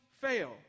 fail